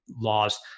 laws